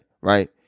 Right